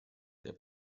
der